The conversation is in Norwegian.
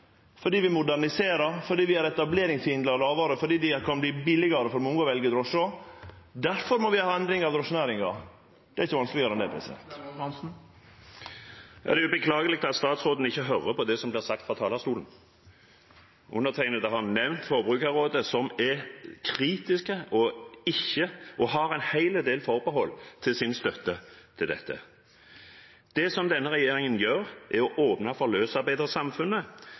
fordi vi moderniserer, fordi vi gjer etableringshindra lågare, fordi det kan verte billegare for mange å velje drosje. Difor må vi ha ei endring av drosjenæringa. Det er ikkje vanskelegare enn det. Det er beklagelig at statsråden ikke hører på hva som blir sagt fra talerstolen. Undertegnede har nevnt Forbrukerrådet, som er kritisk og har en hel del forbehold for sin støtte til dette. Det denne regjeringen gjør, er å åpne for løsarbeidersamfunnet.